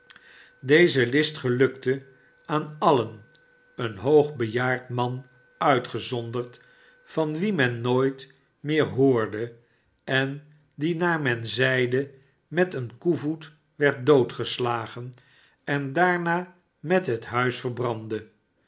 deze list gelukte aan alien een hoog bejaard man uitgezonderd van wien men nooit meer hoorde en die naar men zeide met een koevoet werd doodgeslagen en daarna met het huis verbrandde